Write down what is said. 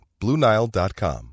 BlueNile.com